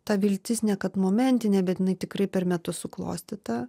ta viltis ne kad momentinė bet jinai tikrai per metus suklostyta